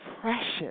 precious